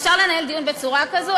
אפשר לנהל דיון בצורה כזו?